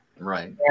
right